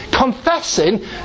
confessing